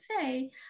say